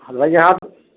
حلوائی ہیں آپ